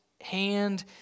hand